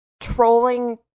trolling